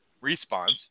response